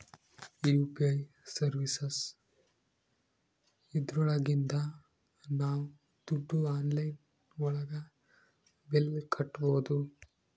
UPI services ಇದ್ರೊಳಗಿಂದ ನಾವ್ ದುಡ್ಡು ಆನ್ಲೈನ್ ಒಳಗ ಬಿಲ್ ಕಟ್ಬೋದೂ